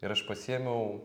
ir aš pasiėmiau